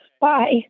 Bye